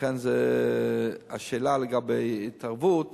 לכן השאלה לגבי התערבות